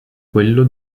quello